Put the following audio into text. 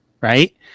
right